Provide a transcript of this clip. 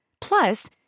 Plus